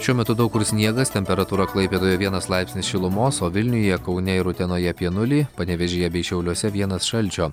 šiuo metu daug kur sniegas temperatūra klaipėdoje vienas laipsnis šilumos o vilniuje kaune ir utenoje apie nulį panevėžyje bei šiauliuose vienas šalčio